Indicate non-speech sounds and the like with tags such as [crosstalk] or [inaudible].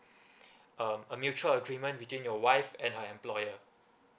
[breath] um a mutual agreement between your wife and um employer